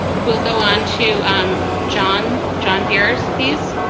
we'll go on to and um john. john biers, please.